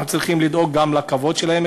אנחנו צריכים לדאוג גם לכבוד שלהם,